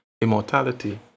immortality